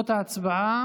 מתקבלת,